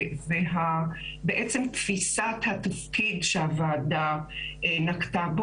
ובעצם תפיסת התפקיד שהוועדה נקטה.